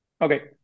Okay